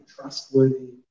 trustworthy